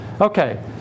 Okay